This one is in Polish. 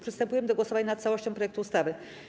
Przystępujemy do głosowania nad całością projektu ustawy.